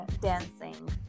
dancing